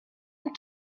used